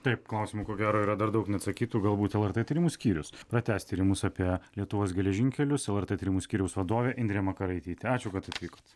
taip klausimų ko gero yra dar daug neatsakytų galbūt lrt tyrimų skyrius pratęs tyrimus apie lietuvos geležinkelius lrt tyrimų skyriaus vadovė indrė makaraitytė ačiū kad atvykot